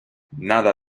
nada